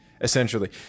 essentially